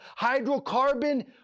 hydrocarbon